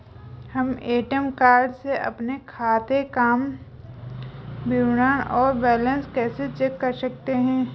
हम ATM card से अपने खाते काम विवरण और बैलेंस कैसे चेक कर सकते हैं?